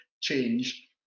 change